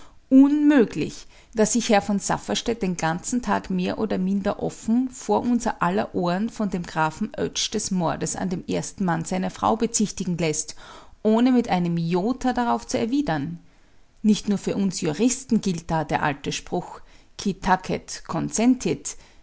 unmöglich daß sich herr von safferstätt den ganzen tag mehr oder minder offen vor unser aller ohren von dem grafen oetsch des mordes an dem ersten mann seiner frau bezichtigen läßt ohne mit einem jota darauf zu erwidern nicht nur für uns juristen gilt da der alte spruch